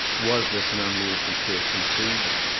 was this an unlawful search and seizure?